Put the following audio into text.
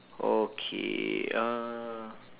okay uh